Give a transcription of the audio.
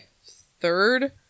third